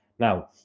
Now